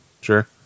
Sure